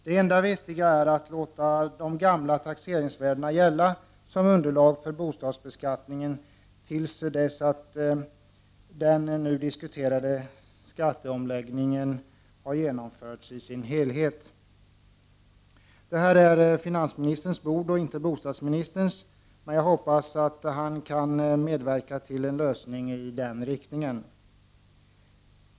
Det enda vettiga är att låta de gamla taxeringsvärdena gälla som underlag för bostadsbeskattningen, tills den nu diskuterade skatteomläggningen har genomförts i sin helhet. Det här är finansministerns bord och inte bostadsministerns, men jag hoppas att den senare kan medverka till en lösning i den riktningen.